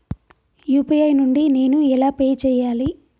UPI నుండి నేను ఎలా పే చెయ్యాలి?